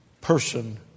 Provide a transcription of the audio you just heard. person